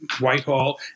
Whitehall